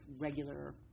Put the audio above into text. regular